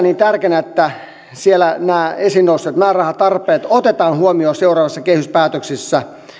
niin tärkeänä että siellä nämä esiin nostetut määrärahatarpeet otetaan huomioon seuraavissa kehyspäätöksissä